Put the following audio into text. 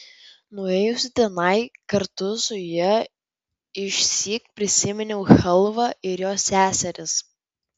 nuėjusi tenai kartu su ja išsyk prisiminiau chalvą ir jos seseris